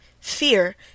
Fear